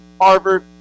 Harvard